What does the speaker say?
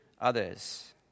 others